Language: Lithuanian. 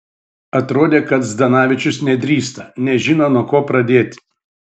atrodė kad zdanavičius nedrįsta nežino nuo ko pradėti